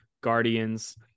guardians